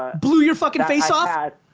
blew your fucking face off?